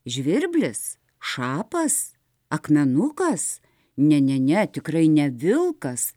žvirblis šapas akmenukas ne ne ne tikrai ne vilkas